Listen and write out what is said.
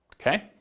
Okay